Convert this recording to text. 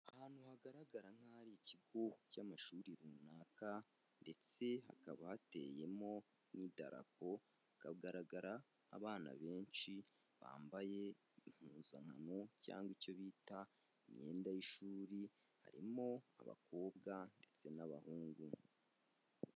Ahantu hagaragara nkaho ari ikigo cy'amashuri runaka, ndetse hakaba hateyemo n'idarapo, hagaragara abana benshi bambaye impuzankano cyangwa icyo bita imyenda y'ishuri, harimo abakobwa ndetse n'abahungu.